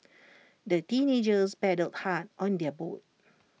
the teenagers paddled hard on their boat